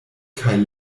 kaj